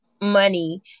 money